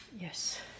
Yes